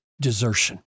desertion